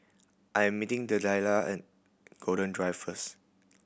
I am meeting Delilah at Golden Drive first